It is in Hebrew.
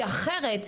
כי אחרת,